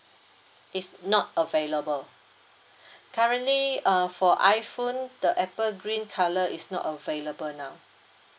is not available currently uh for iphone the apple green colour is not available now